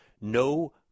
no